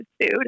food